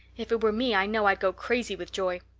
if it were me i know i'd go crazy with joy.